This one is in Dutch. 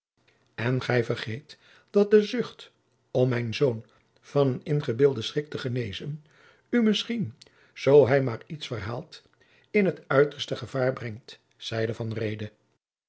en gij vergeet dat de zucht om mijn zoon van een ingebeelden schrik te genezen u misschien zoo hij maar iets verhaalt in t uiterste gevaar brengt zeide